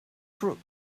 crook